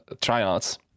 tryouts